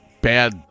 bad